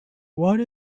one